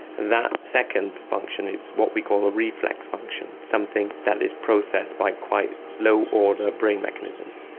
and that second function is what we call a reflex function, something that is processed by quite low order brain mechanisms.